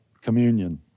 communion